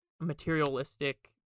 materialistic